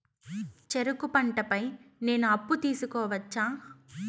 చెరుకు పంట పై నేను అప్పు తీసుకోవచ్చా?